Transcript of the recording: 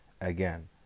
again